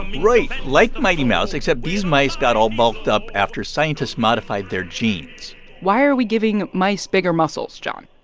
um right. like mighty mouse, except these mice got all bulked up after scientists modified their genes why are we giving mice bigger muscles, jon?